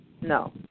No